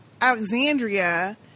alexandria